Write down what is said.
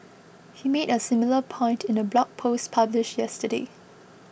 he made a similar point in a blog post published yesterday